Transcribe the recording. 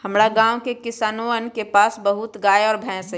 हमरा गाँव के किसानवन के पास बहुत गाय और भैंस हई